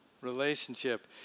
relationship